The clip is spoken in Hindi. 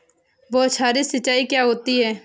बौछारी सिंचाई क्या होती है?